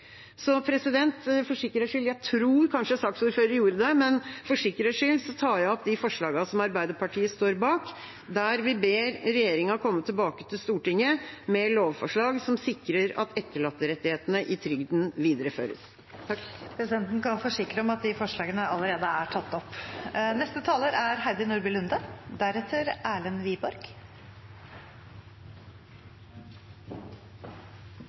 Jeg tror kanskje saksordføreren gjorde det, men for sikkerhets skyld tar jeg opp de forslagene som Arbeiderpartiet står bak, der vi ber regjeringa komme tilbake til Stortinget med lovforslag som sikrer at etterlatterettighetene i trygden videreføres. Presidenten kan forsikre om at de forslagene allerede er tatt opp. De overordnede målene i pensjonsreformen er